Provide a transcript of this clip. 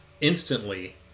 instantly